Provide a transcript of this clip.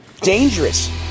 dangerous